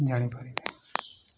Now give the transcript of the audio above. ଜାଣିପାରିବେ